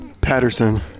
Patterson